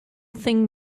thing